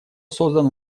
создан